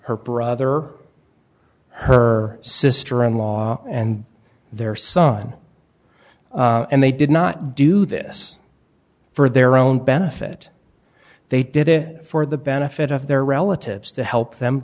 her brother her sister in law and their son and they did not do this for their own benefit they did it for the benefit of their relatives to help them